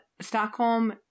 Stockholm